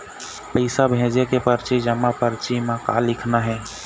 पैसा भेजे के परची जमा परची म का लिखना हे?